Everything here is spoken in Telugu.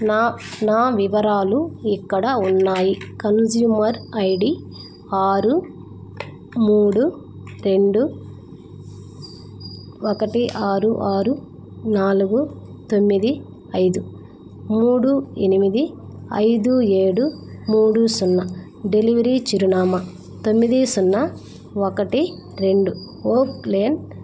నా నా వివరాలు ఇక్కడ ఉన్నాయి కన్స్యూమర్ ఐడి ఆరు మూడు రెండు ఒకటి ఆరు ఆరు నాలుగు తొమ్మిది ఐదు మూడు ఎనిమిది ఐదు ఏడు మూడు సున్నా డెలివరీ చిరునామా తొమ్మిది సున్నా ఒకటి రెండు ఓక్లేన్